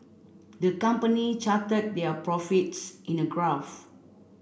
the company charted their profits in a graph